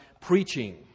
preaching